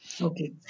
Okay